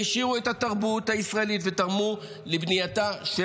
העשירו את התרבות הישראלית ותרמו לבנייתה של